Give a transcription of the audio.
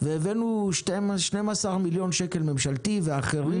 והבאנו 12,000,000 שקל ממשלתי ואחרים,